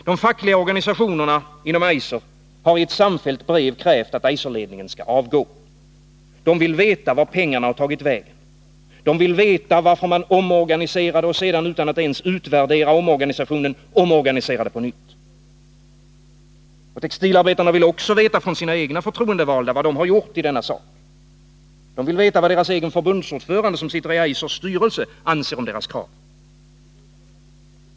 De fackliga organisationerna inom Eiser har i ett samfällt brev krävt att Eiserledningen skall avgå. De vill veta vart pengarna har tagit vägen. De vill veta varför man omorganiserade och sedan, utan att ens utvärdera omorganisationen, omorganiserade på nytt. Och textilarbetarna vill också veta från sina egna förtroendevalda vad de har gjort i denna sak. De vill veta vad deras egen förbundsordförande, som sitter i Eisers styrelse, anser om deras krav.